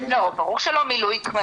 ברור שלא מילוי קמטים.